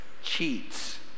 cheats